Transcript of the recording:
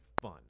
fun